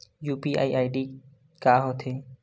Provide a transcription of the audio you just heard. UPI ID का होथे?